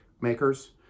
Makers